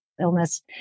illness